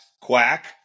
Quack